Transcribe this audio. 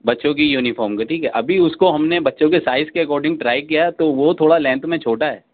بچوں کی یونیفارم گئی تھی کہ ابھی اُس کو ہم نے بچوں کے سائز کے اکارڈنگ ٹرائی کیا ہے تو وہ تھوڑا لینتھ میں چھوٹا ہے